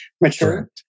mature